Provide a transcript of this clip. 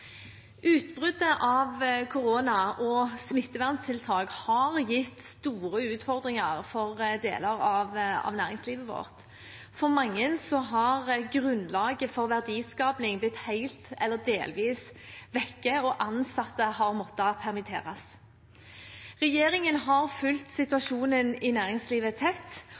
Utbruddet av korona og smitteverntiltak har gitt store utfordringer for deler av næringslivet vårt. For mange har grunnlaget for verdiskaping blitt helt eller delvis vekke, og ansatte har måttet permitteres. Regjeringen har fulgt situasjonen i næringslivet tett